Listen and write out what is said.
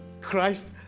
Christ